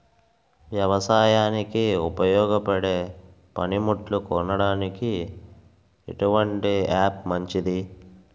వ్యవసాయానికి ఉపయోగపడే పనిముట్లు కొనడానికి ఎటువంటి యాప్ మంచిది?